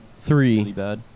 three